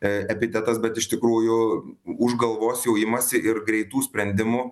epitetas bet iš tikrųjų už galvos jau imasi ir greitų sprendimų